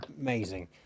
Amazing